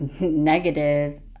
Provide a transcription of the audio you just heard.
negative